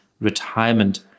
retirement